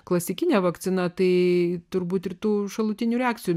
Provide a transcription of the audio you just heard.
klasikine vakcina tai turbūt ir tų šalutinių reakcijų